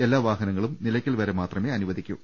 എല്ലാ വാഹനങ്ങളും നിലയ്ക്കൽ വരെ മാത്രമേ അനുവദിക്കൂ